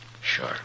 Sure